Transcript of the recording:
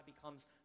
becomes